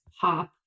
pop